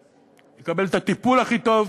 הוא יקבל את הטיפול הכי טוב,